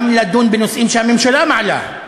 גם לדון בנושאים שהממשלה מעלה.